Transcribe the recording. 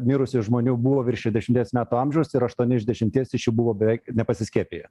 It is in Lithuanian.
mirusių žmonių buvo virš šešiasdešimties metų amžiaus ir aštuoni iš dešimties iš jų buvo beveik nepasiskiepiję